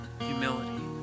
humility